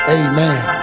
amen